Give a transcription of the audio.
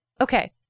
okay